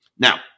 Now